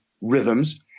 rhythms